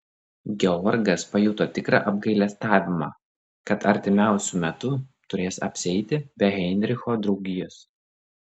georgas pajuto tikrą apgailestavimą kad artimiausiu metu turės apsieiti be heinricho draugijos